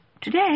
today